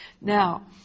Now